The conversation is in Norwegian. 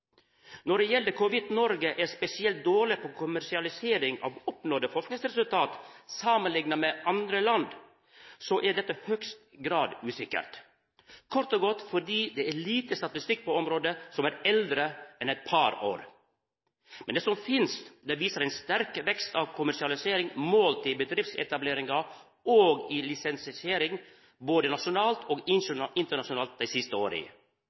Når det gjeld om Noreg er spesielt dårleg på kommersialisering av oppnådde forskingsresultat samanlikna med andre land, er dette i høgste grad usikkert, kort og godt fordi det er lite statistikk på området som er eldre enn eit par år. Men det som finst, viser ein sterk vekst av kommersialisering målt i bedriftsetableringar og i lisensiering, både nasjonalt og internasjonalt dei siste åra.